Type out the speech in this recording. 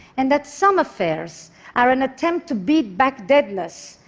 and that some affairs are an attempt to beat back deadness,